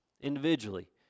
individually